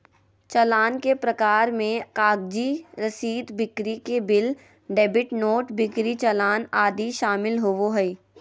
चालान के प्रकार मे कागजी रसीद, बिक्री के बिल, डेबिट नोट, बिक्री चालान आदि शामिल होबो हय